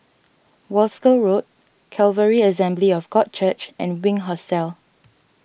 Wolskel Road Calvary Assembly of God Church and Wink Hostel